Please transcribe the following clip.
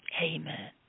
Amen